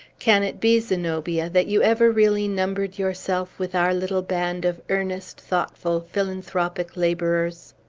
can it be, zenobia, that you ever really numbered yourself with our little band of earnest, thoughtful, philanthropic laborers?